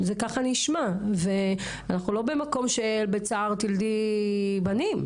אנחנו כבר לא במקום של "בצער תלדי בנים".